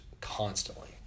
constantly